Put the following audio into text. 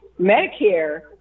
Medicare